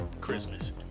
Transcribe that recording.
Christmas